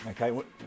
okay